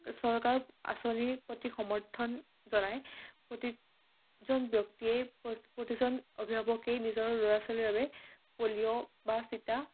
চৰকাৰ আঁচনিৰ প্ৰতি সমৰ্থন জনাই প্ৰতিজন ব্যক্তিয়েই প্ৰ প্ৰতিজন অভিভাৱকেই নিজৰ ল'ৰা ছোৱালীৰ বাবে পলিঅ' বা চিটা